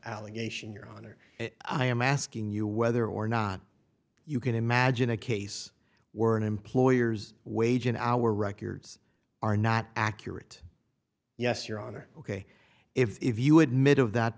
allegation your honor i am asking you whether or not you can imagine a case where an employer's wage and hour records are not accurate yes your honor ok if you admit of that